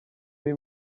muri